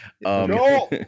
No